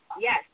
yes